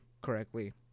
correctly